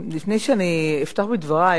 לפני שאני אפתח בדברי,